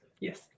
yes